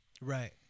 Right